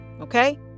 okay